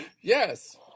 Yes